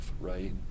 right